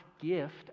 gift